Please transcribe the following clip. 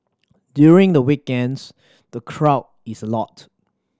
during the weekends the crowd is a lot